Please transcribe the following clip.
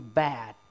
bad